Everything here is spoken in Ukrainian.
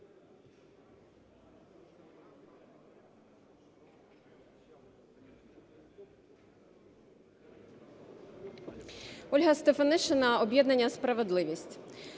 Ольга Стефанишина, об'єднання "Справедливість".